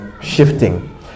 shifting